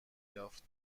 یافت